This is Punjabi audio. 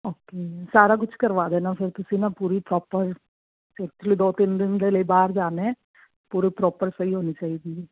ਓਕੇ ਸਾਰਾ ਕੁਛ ਕਰਵਾ ਦੇਣਾ ਫਿਰ ਤੁਸੀਂ ਨਾ ਪੂਰੀ ਪ੍ਰੋਪਰ ਐਕਚੁਲੀ ਦੋ ਤਿੰਨ ਦਿਨ ਦੇ ਲਈ ਬਾਹਰ ਜਾਣਾ ਹੈ ਪੂਰੀ ਪ੍ਰੋਪਰ ਸਹੀ ਹੋਣੀ ਚਾਹੀਦੀ ਹੈ